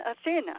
Athena